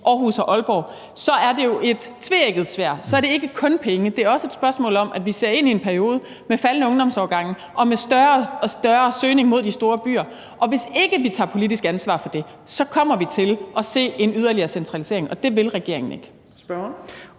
Aarhus og Aalborg, er det jo et tveægget sværd. Så er det ikke kun penge, men også et spørgsmål om, at vi ser ind i en periode med faldende ungdomsårgange og med større og større søgning mod de store byer. Og hvis ikke vi tager politisk ansvar for det, kommer vi til at se en yderligere centralisering, og det vil regeringen ikke.